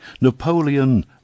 Napoleon